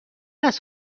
است